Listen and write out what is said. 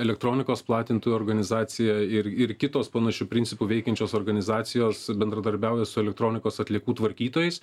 elektronikos platintojų organizacija ir ir kitos panašiu principu veikiančios organizacijos bendradarbiauja su elektronikos atliekų tvarkytojais